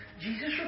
Jesus